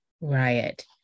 riot